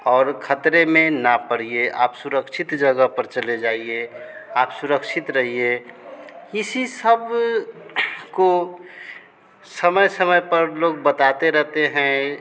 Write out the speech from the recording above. और ख़तरे में ना पड़िए आप सुरक्षित जगह पर चले जाइए आप सुरक्षित रहिए इसी सब को समय समय पर लोग बताते रहते हैं